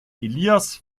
ilias